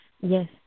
Yes